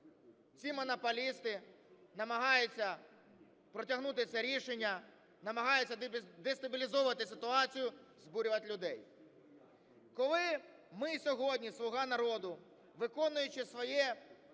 ці монополісти, намагаються протягнути це рішення, намагаються дестабілізувати ситуацію, збурювати людей. Коли ми сьогодні, "Слуга народу", виконуючи свою